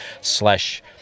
slash